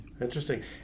Interesting